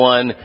One